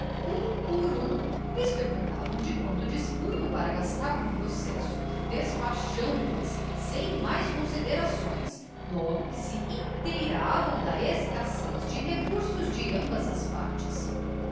um por um lhes perguntavam de quanto dispunham para gastar com o processo despachando as sem mais considerações logo que se inteiravam da escassez de recursos de ambas as partes